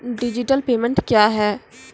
Digital payment क्या हैं?